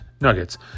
Nuggets